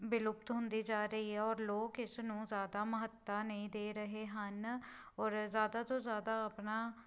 ਵਿਲੁਪਤ ਹੁੰਦੀ ਜਾ ਰਹੀ ਹੈ ਔਰ ਲੋਕ ਇਸ ਨੂੰ ਜ਼ਿਆਦਾ ਮਹੱਤਤਾ ਨਹੀਂ ਦੇ ਰਹੇ ਹਨ ਔਰ ਜ਼ਿਆਦਾ ਤੋਂ ਜ਼ਿਆਦਾ ਆਪਣਾ